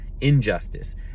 injustice